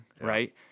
right